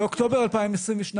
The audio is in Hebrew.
באוקטובר 2022,